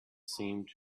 seemed